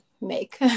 make